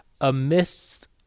amidst